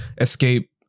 escape